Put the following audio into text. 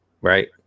right